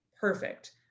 perfect